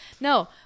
no